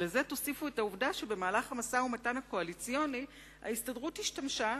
לזה תוסיפו את העובדה שבמהלך המשא-ומתן הקואליציוני ההסתדרות השתמשה